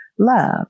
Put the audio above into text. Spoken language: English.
Love